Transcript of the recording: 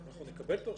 אנחנו נקבל את הרשימות.